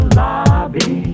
lobby